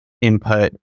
input